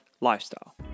lifestyle